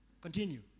Continue